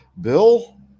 bill